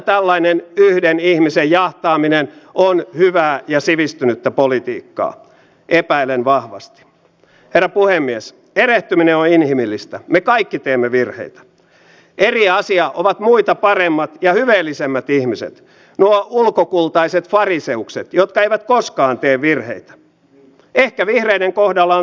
monesti jäin miettimään noita sanoja mitä ne tarkoittavat mutta se selvisi aika nopeasti eversti kukkosen puheesta että rajalla rauhallista tarkoittaa sitä että meillä on turvallista elää pohjois karjalassa ja sitä samaa totta kai koko rajavartioston valvomalla alueella suomen rajoilla